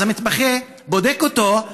אז המתמחה בדק אותו,